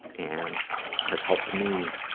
and have helped me